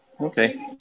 Okay